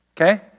okay